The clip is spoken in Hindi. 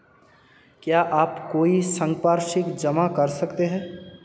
क्या आप कोई संपार्श्विक जमा कर सकते हैं?